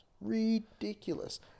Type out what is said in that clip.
Ridiculous